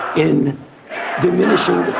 in diminishing